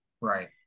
Right